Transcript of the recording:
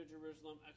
Jerusalem